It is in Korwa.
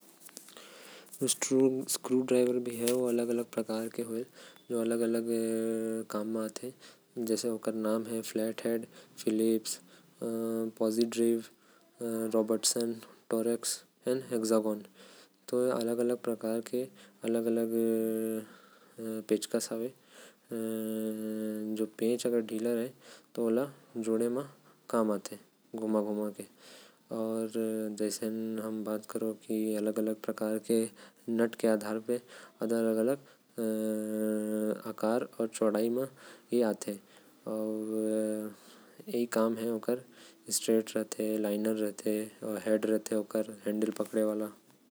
स्क्रूडराइवर जो होते ओ अलग अलग प्रकार के होएल। जो अलग अलग काम म आते जैसे ओकर नाम है। Flathead, Phillips, Robertson. ये अलग अलग प्रकार के पेचकस हे जो नाट के पेंच अगर ढीला होते तो ओला कसे म काम आएल। आऊ अगर बात करो नाट के त अलग अलग प्रकार के नाट के आधार पर। अलग अलग प्रकार के आऊ अकार के भी आते।